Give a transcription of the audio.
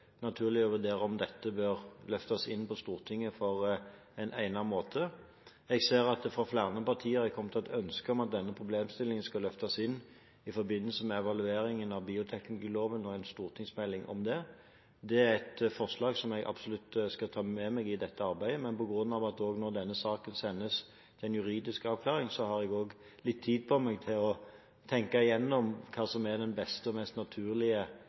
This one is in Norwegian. naturlig å vurdere om dette bør løftes inn for Stortinget på en egnet måte. Jeg ser at det fra flere partier har kommet et ønske om at denne problemstillingen skal løftes inn i forbindelse med evalueringen av bioteknologiloven og en stortingsmelding om det. Det er et forslag som jeg absolutt skal ta med meg i dette arbeidet. Men på grunn av at denne saken nå sendes til en juridisk avklaring, har jeg også litt tid på meg til å tenke igjennom hva som er den beste og mest naturlige